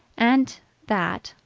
and that,